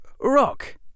rock